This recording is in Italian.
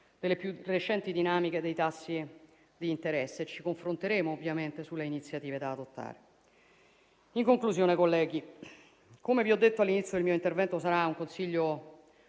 delle più recenti dinamiche dei tassi di interesse. Ci confronteremo, ovviamente, sulle iniziative da adottare. In conclusione, colleghi, come vi ho detto all'inizio del mio intervento, sarà un Consiglio